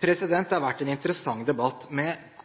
Det har vært en interessant debatt. Med